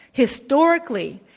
historically,